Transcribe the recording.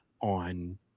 on